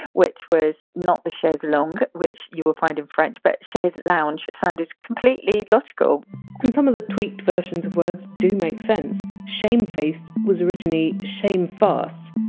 which was not the chaise longue which you will find in french, but chaise lounge sounded completely logical and some of the tweaked versions of words do make sense! shamefaced! was originally! shamefast,